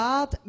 God